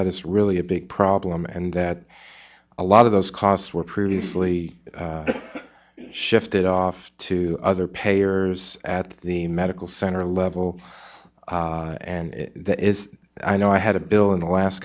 that is really a big problem and that a lot of those costs were previously shifted off to other payers at the medical center level and that is i know i had a bill in the last